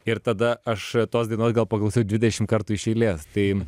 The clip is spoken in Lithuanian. ir tada aš tos dainos gal paklausiu dvidešim kartų iš eilės tai